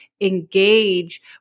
engage